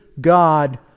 God